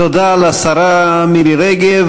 תודה לשרה מירי רגב.